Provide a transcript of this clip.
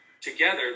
together